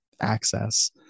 Access